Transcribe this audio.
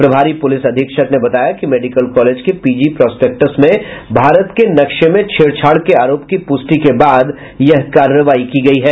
प्रिभारी पुलिस अधीक्षक ने बताया कि मेडिकल कॉलेज के पीजी प्रॉसपेक्टस में भारत के नक्शे में छेड़छाड़ के आरोप की पुष्टि के बाद यह कार्रवाई की गयी है